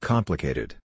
Complicated